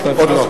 עוד לא.